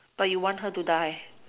but you want her to die